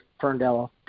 Ferndale